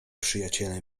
przyjaciele